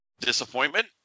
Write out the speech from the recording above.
Disappointment